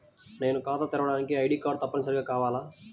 నేను ఖాతా తెరవడానికి ఐ.డీ కార్డు తప్పనిసారిగా కావాలా?